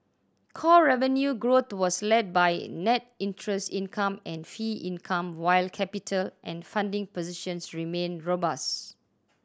core revenue growth was led by net interest income and fee income while capital and funding positions remain robust